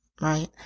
right